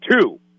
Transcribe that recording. Two